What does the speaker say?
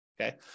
okay